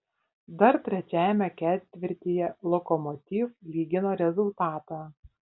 dar trečiajame ketvirtyje lokomotiv lygino rezultatą